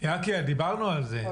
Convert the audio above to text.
יקי, דיברנו על זה.